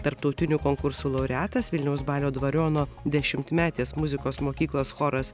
tarptautinių konkursų laureatas vilniaus balio dvariono dešimtmetės muzikos mokyklos choras